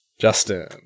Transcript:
Justin